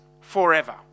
forever